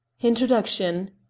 introduction